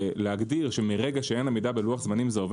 להגדיר שמרגע שאין עמידה בלוח זמנים זה עובר